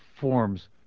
forms